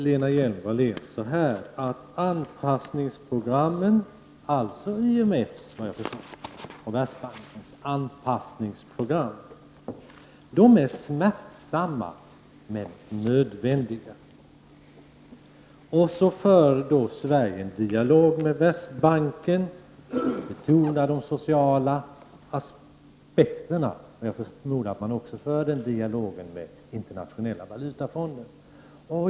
Lena Hjelm-Wallén säger att anpassningsprogrammen — efter vad jag förstår menar hon då IMF:s och Världsbankens anpassningsprogram — är smärtsamma men nödvändiga. Hon säger vidare att Sverige för en dialog med Världsbanken och betonar de sociala aspekterna. Jag förmodar att man också för den dialogen med Internationella valutafonden.